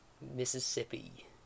Mississippi